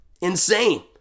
Insane